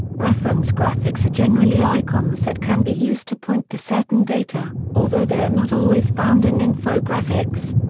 reference graphics are generally icons that can be used to point to certain data, although they are not always found in infographics.